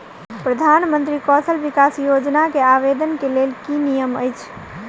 प्रधानमंत्री कौशल विकास योजना केँ आवेदन केँ लेल की नियम अछि?